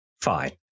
fine